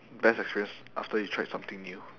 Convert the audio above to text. best experience after you tried something new